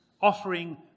offering